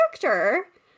character